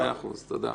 מאה אחוז, תודה.